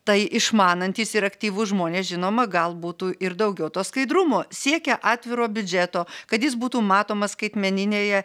tai išmanantys ir aktyvūs žmonės žinoma gal būtų ir daugiau to skaidrumo siekia atviro biudžeto kad jis būtų matomas skaitmeninėje